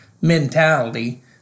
mentality